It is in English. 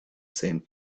sand